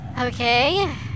Okay